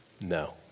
no